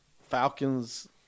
Falcons